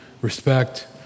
respect